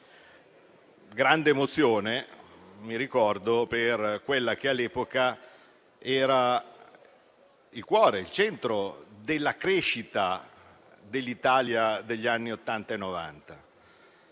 grande emozione per quello che all'epoca era il cuore della crescita dell'Italia degli anni Ottanta